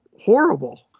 horrible